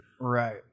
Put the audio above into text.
Right